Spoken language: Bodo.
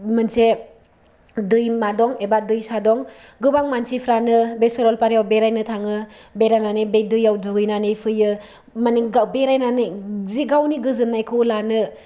मोनसे दैमा दं एबा दैसा दं गोबां मानसिफ्रानो बे सरलपारायाव बेरायनो थाङो बेरायनानै बे दैयाव दुगैनानै फैयो माने गाव बेरायनानै जि गावनि गोजोननायखौ लानो